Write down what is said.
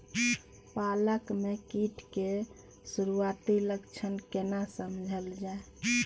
पालक में कीट के सुरआती लक्षण केना समझल जाय?